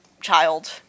child